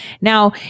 Now